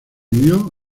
vivió